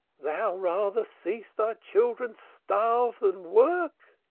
thou rather seest thy children starve than work.